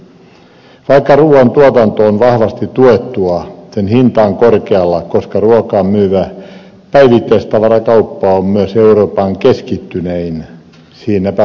vaikka ruuan tuotanto on vahvasti tuettua sen hinta on korkealla koska ruokaa myyvä päivittäistavarakauppa on myös euroopan keskittynein siinäpä pulma